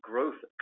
growth